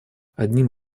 одним